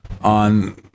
on